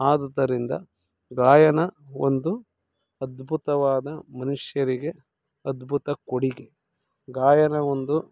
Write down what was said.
ಆದುದರಿಂದ ಗಾಯನ ಒಂದು ಅದ್ಭುತವಾದ ಮನುಷ್ಯರಿಗೆ ಅದ್ಭುತ ಕೊಡುಗೆ ಗಾಯನ ಒಂದು